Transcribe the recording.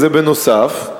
זה בנוסף,